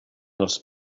els